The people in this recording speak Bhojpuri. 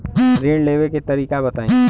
ऋण लेवे के तरीका बताई?